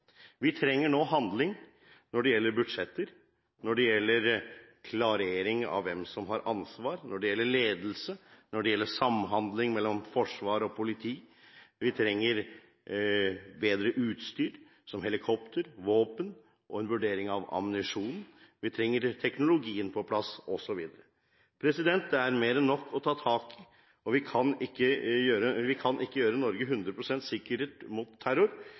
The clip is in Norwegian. Vi trenger nå handling når det gjelder budsjetter, når det gjelder klarering av hvem som har ansvar, når det gjelder ledelse, når det gjelder samhandling mellom forsvar og politi, vi trenger bedre utstyr, slik som helikopter, våpen og en vurdering av ammunisjon, vi trenger å få teknologien på plass, osv. Det er mer enn nok å ta tak i. Vi kan ikke gjøre Norge hundre prosent sikkert mot terror, men vi må gjøre